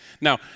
Now